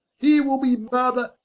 here will bee father,